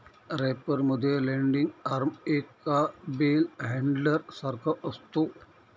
wrapper मध्ये landing arm एका bell handler सारखा असतो